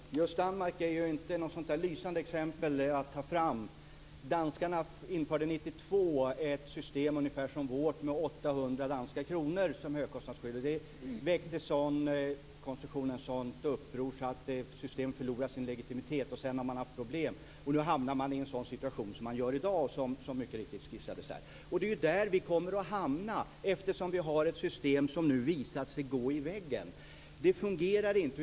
Herr talman! Just Danmark är inte ett särskilt lysande exempel att ta fram. Danskarna införde 1992 ett system, ungefär som vårt, med ett högkostnadsskydd på 800 danska kronor. Konstruktionen väckte ett sådant uppror att systemet förlorade sin legitimitet. Sedan har man haft problem. Nu hamnar man i den situation som mycket riktigt skissats här, och det är där vi kommer att hamna. Vi har ju ett system som nu visat sig så att säga gå i väggen. Det fungerar inte.